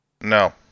No